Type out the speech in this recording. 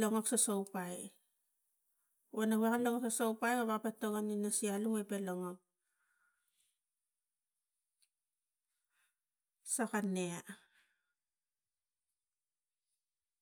longok soso wo ipai wana we alak so upai wapa togon ina sia alu i pe longok so ka ne ia.